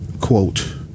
Quote